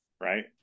right